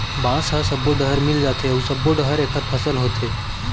बांस ह सब्बो डहर मिल जाथे अउ सब्बो डहर एखर फसल होथे